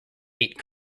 eight